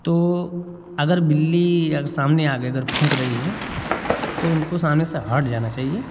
तो अगर बिल्ली अ सामने आकर अगर फूँक रही है तो उनको सामने से हट जाना चाहिए